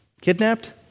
kidnapped